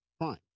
Crime